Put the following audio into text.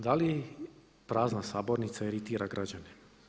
Da li prazna sabornica iritira građane?